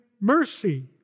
mercy